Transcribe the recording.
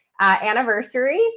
anniversary